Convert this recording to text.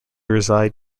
reside